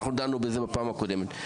אנחנו דנו בזה בפעם הקודמת.